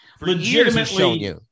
Legitimately